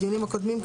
בדיונים הקודמים.